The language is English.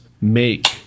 make